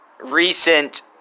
recent